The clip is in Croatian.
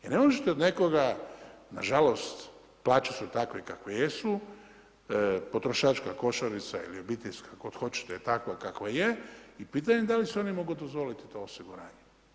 Jer ne možete od nekoga, nažalost plaće su takve kakve jesu, potrošačka košarica ili obiteljska, kako god hoćete je takva kakva je i pitanje je da li si oni mogu dozvoliti to osiguranje.